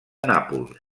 nàpols